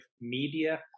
media